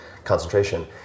concentration